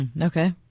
Okay